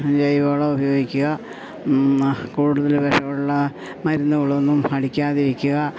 ജൈവവളം ഉപയോഗിക്കുക കൂടുതൽ വിഷമുള്ള മരുന്നുകളൊന്നും അടിക്കാതിരിക്കുക